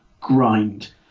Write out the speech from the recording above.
grind